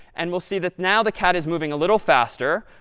and we'll see that now the cat is moving a little faster.